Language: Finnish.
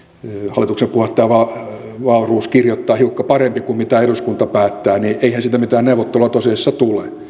hallituksen puheenjohtaja wahlroos kirjoittaa hiukan paremmin kuin mitä eduskunta päättää eihän siitä mitään neuvottelua tosiasiassa tule